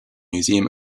museum